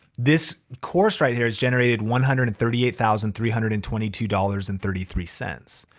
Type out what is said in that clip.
this course right here has generated one hundred and thirty eight thousand three hundred and twenty two dollars and thirty three cents.